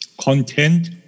content